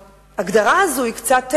ההגדרה הזו היא קצת מוזרה,